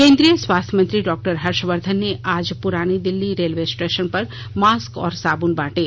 केन्द्रीय स्वास्थ्य मंत्री डॉ हर्षवर्धन ने आज पुरानी दिल्ली रेलवे स्टेशन पर मास्क और साबुन बांटे